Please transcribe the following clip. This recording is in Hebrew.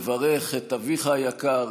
לברך את אביך היקר,